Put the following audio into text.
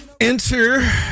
Enter